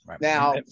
Now